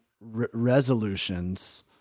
resolutions-